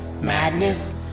madness